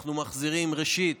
אנחנו מחזירים, ראשית,